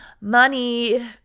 money